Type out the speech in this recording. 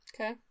Okay